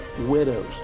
widows